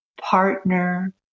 partner